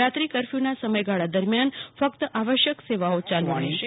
રાત્રી કફર્યુંના સમયગાળા દરમિયાન ફક્ત આવશ્યક સેવાઓ ચાલુ રહેશે